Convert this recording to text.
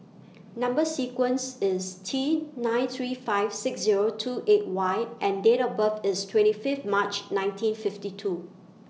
Number sequence IS T nine three five six Zero two eight Y and Date of birth IS twenty five March nineteen fifty two